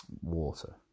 water